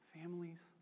families